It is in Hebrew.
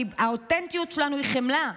כי האותנטיות שלנו היא חמלה,